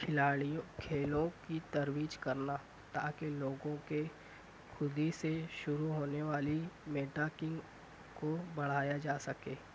کھلاڑیوں کھیلوں کی ترویج کرنا تاکہ لوگوں کے خودی سے شروع ہونے والی کو بڑھایا جا سکے